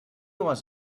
was